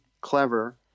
clever